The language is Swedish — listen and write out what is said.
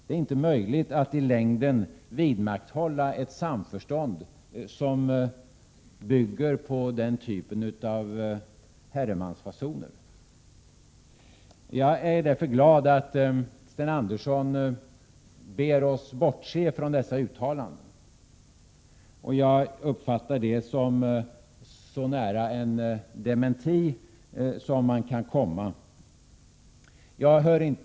Det är inte möjligt att i längden vidmakthålla ett samförstånd, som bygger på den typen av herremansfasoner. Jag är därför glad över att Sten Andersson ber oss bortse från dessa uttalanden. Jag uppfattar det som så nära en dementi man kan komma.